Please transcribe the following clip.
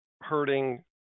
hurting